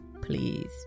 Please